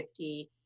50